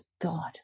god